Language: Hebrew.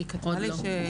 עוד לא.